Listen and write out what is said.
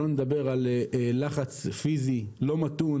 שלא נדבר על לחץ פיזי לא מתון